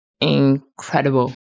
incredible